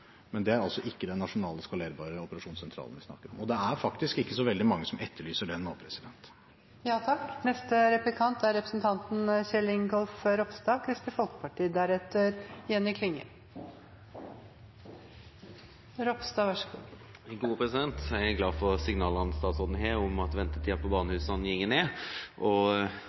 Men det er altså ikke den nasjonale, skalerbare operasjonssentralen vi snakker om, og det er faktisk ikke så veldig mange som etterlyser den nå. Jeg er glad for signalene statsråden gir om at ventetida på barnehusene går ned. Vi har sammen nesten doblet bevilgningene til barnehusene til neste år, så vi har store forventninger om at